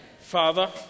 Father